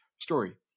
story